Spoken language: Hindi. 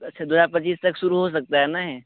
अच्छा दो हज़ार पच्चीस तक शुरू हो सकता है ना यह